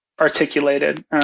articulated